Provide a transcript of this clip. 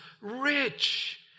rich